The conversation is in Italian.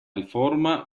riforma